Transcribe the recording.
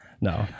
no